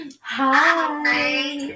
Hi